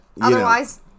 otherwise